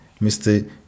Mr